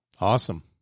awesome